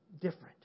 different